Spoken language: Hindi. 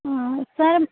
हाँ सर